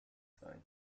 sein